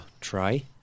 try